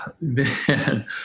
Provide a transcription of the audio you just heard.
Man